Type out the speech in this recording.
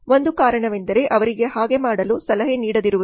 ಒಂದು ಕಾರಣವೆಂದರೆ ಅವರಿಗೆ ಹಾಗೆ ಮಾಡಲು ಸಲಹೆ ನೀಡದಿರುವುದು